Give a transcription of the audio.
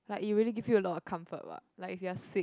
like it really give you a lot of comfort what like if you're sick